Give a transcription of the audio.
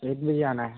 एक बजे आना है